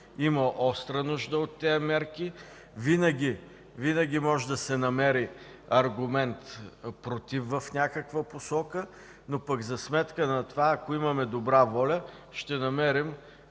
Има остра нужда от тези мерки. Винаги може да се намери аргумент „против” в някаква посока. За сметка на това, ако имаме добра воля, ще намерим